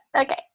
okay